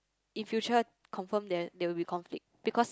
in future confirm there there will be conflict because